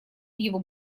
его